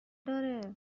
داره